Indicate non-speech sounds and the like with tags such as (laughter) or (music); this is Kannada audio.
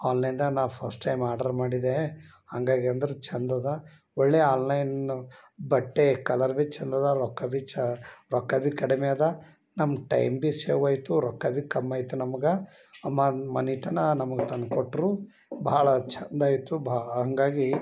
ಆನ್ಲೈನ್ದಾಗೆ ನಾ ಫಸ್ಟ್ ಟೈಮ್ ಆರ್ಡರ್ ಮಾಡಿದ್ದೆ ಹಂಗಾಗಿ ಅಂದ್ರೆ ಚಂದಿದೆ ಒಳ್ಳೆ ಆನ್ಲೈನ್ನು ಬಟ್ಟೆ ಕಲರ್ ಭಿ ಚಂದಿದೆ ರೊಕ್ಕ ಭಿ ಚಾ ರೊಕ್ಕ ಭಿ ಕಡಿಮೆ ಅದ ನಮ್ಮ ಟೈಮ್ ಭಿ ಸೇವ್ ಆಯಿತು ರೊಕ್ಕ ಭಿ ಖಮ್ ಆಯಿತು ನಮಗೆ (unintelligible) ಮನೆ ತನಕ ನಮ್ಗೆ ತಂದುಕೊಟ್ರು ಭಾಳ ಚಂದ ಆಯಿತು ಬಾ ಹಾಗಾಗಿ